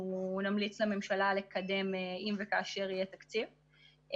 נמליץ לממשלה לקדם אם וכאשר יהיה תקציב.